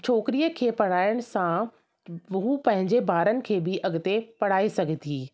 छोकिरीअ खे पढ़ाइण सां हूअ पंहिंजे ॿारनि खे बि अॻिते पढ़ाए सघंदी